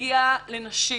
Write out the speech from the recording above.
הגיע לנשים